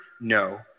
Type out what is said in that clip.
No